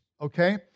Okay